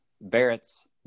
Barrett's